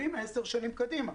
ועם עשר שנים קדימה.